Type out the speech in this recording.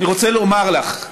אני רוצה לומר לך,